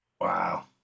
Wow